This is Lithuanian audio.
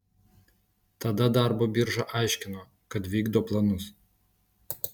tada darbo birža aiškino kad vykdo planus